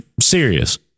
serious